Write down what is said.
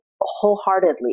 wholeheartedly